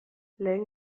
lehen